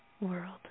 world